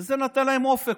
וזה נתן להם אופק.